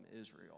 Israel